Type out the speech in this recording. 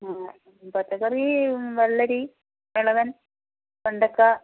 പച്ചക്കറി വെള്ളരി ഇളവൻ വെണ്ടയ്ക്ക